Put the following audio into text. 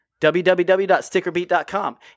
www.stickerbeat.com